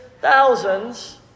thousands